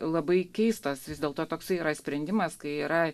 labai keistas vis dėlto toksai yra sprendimas kai yra